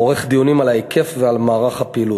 עורך דיונים על ההיקף ועל מערך הפעילות.